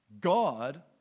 God